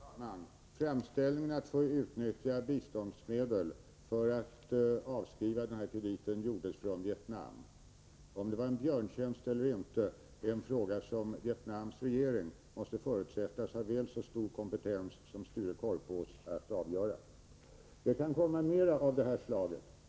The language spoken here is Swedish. Fru talman! Framställningen om att få utnyttja biståndsmedel för att avskriva den här krediten kom från Vietnam. Om det var en björntjänst eller inte är en fråga som Vietnams regering måste förutsättas ha väl så stor kompetens som Sture Korpås att avgöra. Det kan komma mer av detta slag.